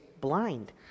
blind